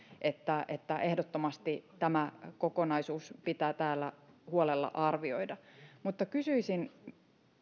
että että ehdottomasti tämä kokonaisuus pitää täällä huolella arvioida mutta kysyisin